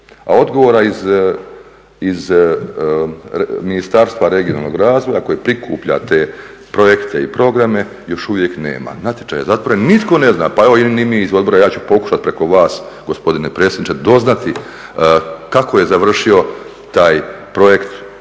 A odgovora iz Ministarstva regionalnog razvoja koje prikuplja te projekte i programe još uvijek nema. Natječaj je zatvoren, nitko ne zna pa evo ni mi iz odbora, ja ću pokušati preko vas gospodine predsjedniče doznati kako je završio taj projekt